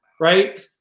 right